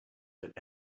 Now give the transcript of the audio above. but